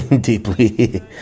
Deeply